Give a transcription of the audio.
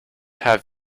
have